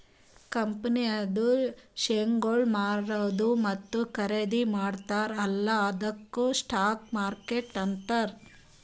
ಕಂಪನಿದು ಶೇರ್ಗೊಳ್ ಮಾರದು ಮತ್ತ ಖರ್ದಿ ಮಾಡ್ತಾರ ಅಲ್ಲಾ ಅದ್ದುಕ್ ಸ್ಟಾಕ್ ಮಾರ್ಕೆಟ್ ಅಂತಾರ್